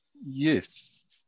Yes